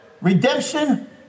redemption